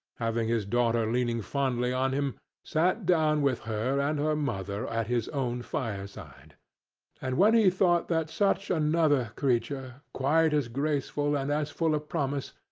having his daughter leaning fondly on him, sat down with her and her mother at his own fireside and when he thought that such another creature, quite as graceful and as full of promise,